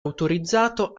autorizzato